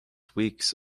weeks